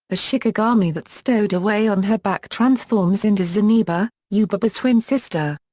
a shikigami that stowed away on her back transforms into zeniba, yubaba's twin sister.